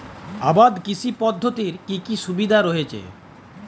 আবাদ কৃষি পদ্ধতির কি কি সুবিধা রয়েছে?